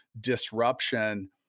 Disruption